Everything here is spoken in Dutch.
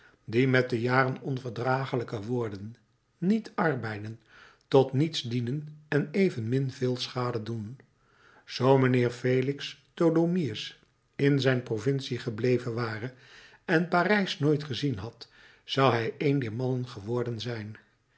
die met de jaren onverdragelijker worden niet arbeiden tot niets dienen en evenmin veel schade doen zoo mijnheer felix tholomyès in zijn provincie gebleven ware en parijs nooit gezien had zou hij een dier mannen geworden zijn